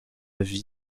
vis